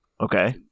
okay